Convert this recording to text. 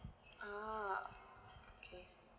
oh okay